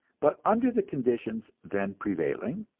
but under the conditions then prevailing,